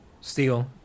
steel